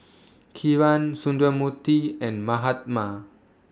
Kiran Sundramoorthy and Mahatma